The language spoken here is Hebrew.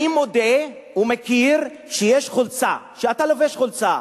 אני מודה ומכיר שיש חולצה, שאתה לובש חולצה,